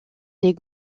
les